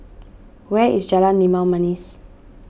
where is Jalan Limau Manis